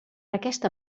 aquesta